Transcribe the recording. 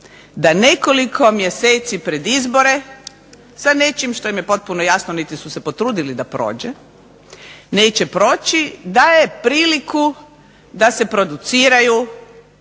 da nekoliko mjeseci pred izbore sa nečim što im je potpuno jasno niti su se potrudili da prođe, neće proći, daje priliku da se produciraju